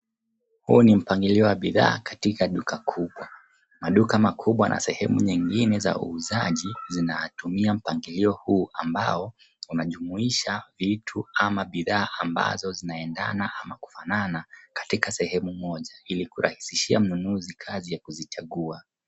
Huu ni mpangilio wa bidhaa katika duka kubwa. Maduka makubwa na sehemu nyingine za uuzaji zinatumia mpangilio huu ambao unajumuisha vitu ama bidhaa ambazo zinaendana ama kufanana katika sehemu moja ili kurahisishia mnunuzi kazi ya kuzichagua.